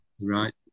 Right